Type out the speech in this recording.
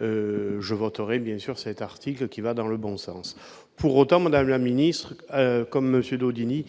je voterai bien évidemment cet article, qui va dans le bon sens. Pour autant, madame la ministre, comme M. Daudigny,